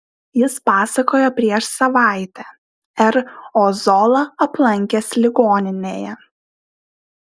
jis pasakojo prieš savaitę r ozolą aplankęs ligoninėje